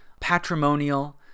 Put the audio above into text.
Patrimonial